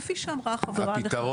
כפי שאמרה החברה פה.